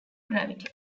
gravity